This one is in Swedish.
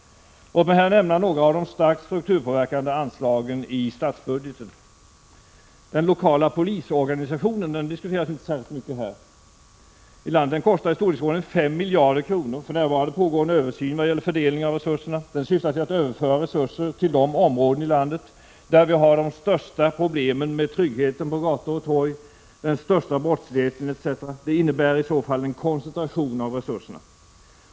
Låt mig här nämna några av de starkt strukturpåverkande anslagen i statsbudgeten. Den lokala polisorganisationen diskuteras inte särskilt mycket här. Den kostar i storleksordningen 5 miljarder kronor. För närvarande pågår en översyn vad gäller fördelningen av resurserna. Den syftar till att överföra resurser till de områden i landet där vi har de största problemen med tryggheten på gator och torg, den största brottsligheten etc. Det innebär i så fall en koncentration av resurserna.